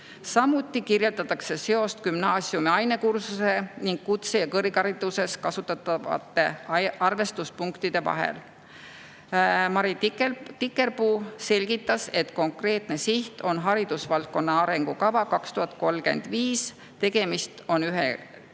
Samuti kirjeldatakse seost gümnaasiumi ainekursuses ning kutse- ja kõrghariduses kasutatavate arvestuspunktide vahel. Mari Tikerpuu selgitas, et konkreetne siht on haridusvaldkonna arengukava 2035. Tegemist on ühega